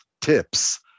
tips